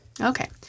Okay